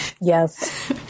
Yes